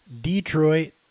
Detroit